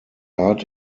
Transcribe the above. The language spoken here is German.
art